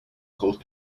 called